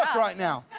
right now.